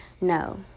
No